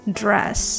dress